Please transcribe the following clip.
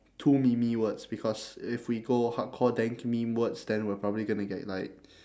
too memey words because if we go hardcore dank meme words then we're probably gonna get like